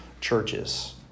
churches